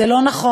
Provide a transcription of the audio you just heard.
זה לא נכון,